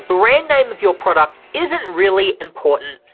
brand name of your product isn't really important,